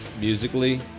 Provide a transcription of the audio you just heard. musically